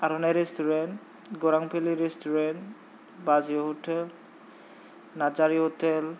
आर'नाय रेस्टुरेन्ट गौरां भेलि रेस्टुरेन्ट बाजै हटेल नारजारि हटेल